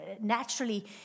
naturally